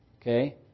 Okay